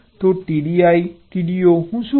તો TDI TDO હું શું કરું